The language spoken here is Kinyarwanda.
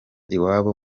iwabo